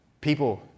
People